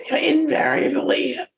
invariably